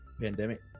pandemic